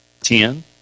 ten